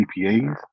CPAs